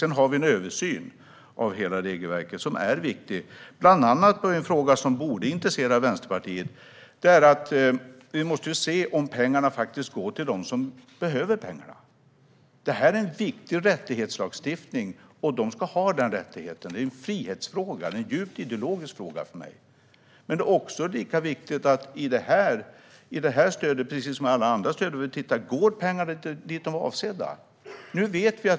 Sedan har vi en översyn av hela regelverket, vilket är viktigt. Bland annat har vi en fråga som borde intressera Vänsterpartiet, nämligen att vi måste se om pengarna faktiskt går till dem som behöver pengarna. Detta är en viktig rättighetslagstiftning, och människor ska ha den rättigheten. Det är en frihetsfråga och en djupt ideologisk fråga för mig. Det är lika viktigt när det gäller det här stödet, precis som alla andra stöd, att pengarna går till det som de är avsedda för.